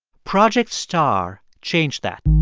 project star changed that